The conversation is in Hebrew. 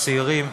הצעירים,